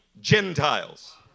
Gentiles